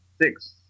Six